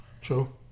True